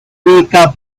ubican